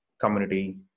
community